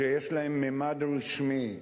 שיש להם ממד רשמי,